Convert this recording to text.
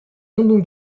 andam